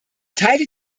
teile